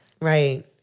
Right